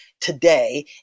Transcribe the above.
today